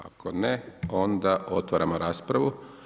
Ako ne, onda otvaramo raspravu.